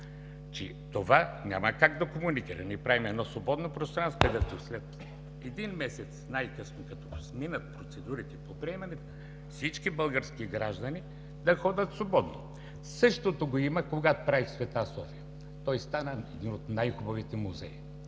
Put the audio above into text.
че това няма как да комуникира. Ние правим едно свободно пространство, където най-късно след един месец, като минат процедурите по приемането, всички български граждани да ходят свободно. Същото го имаше, когато правих „Света София”. Той стана един от най-хубавите музеи.